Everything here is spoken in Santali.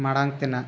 ᱢᱟᱲᱟᱝ ᱛᱮᱱᱟᱜ